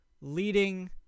Leading